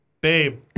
babe